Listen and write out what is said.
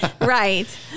Right